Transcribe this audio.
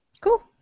Cool